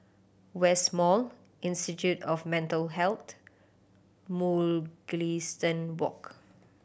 West Mall Institute of Mental Health Mugliston Walk